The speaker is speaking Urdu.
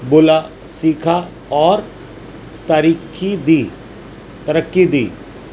بولا سیکھا اور ترقی دی ترقی دی